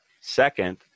second